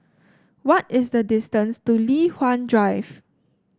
what is the distance to Li Hwan Drive